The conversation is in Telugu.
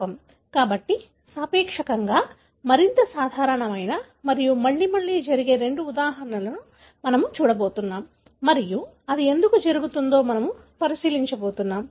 కాబట్టి సాపేక్షంగా మరింత సాధారణమైన మరియు మళ్లీ మళ్లీ జరిగే రెండు ఉదాహరణలను మనము చూడబోతున్నాము మరియు అది ఎందుకు జరుగుతుందో మనము పరిశీలించబోతున్నాము